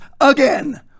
again